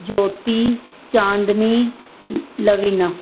Jyoti Chandni Lavina